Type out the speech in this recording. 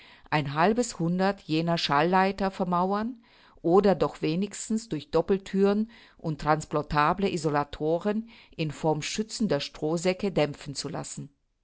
ein halbes hundert jener schall leiter vermauern oder doch wenigstens durch doppelthüren und transportable isolatoren in form schützender strohsäcke dämpfen zu lassen